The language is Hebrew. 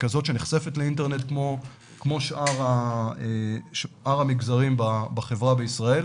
ככזאת שנחשפת לאינטרנט כמו שאר המגזרים בחברה בישראל,